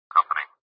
Company